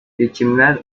seçimler